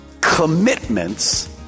commitments